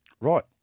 Right